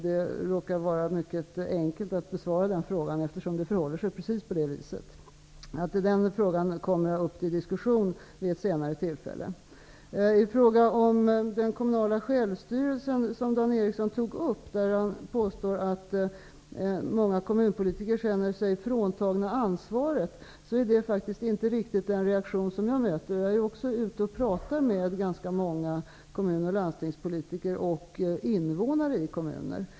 Det råkar vara mycket enkelt att besvara den frågan, eftersom det förhåller sig precis på det viset, att den frågan kommer upp till diskussion vid ett senare tillfälle. Dan Ericsson tog upp den kommunala självstyrelsen och påstod att många kommunpolitiker känner sig fråntagna ansvaret. Det är inte riktigt den reaktion som jag möter. Jag är också ute och pratar med många kommun och landstingspolitiker och invånare i kommuner.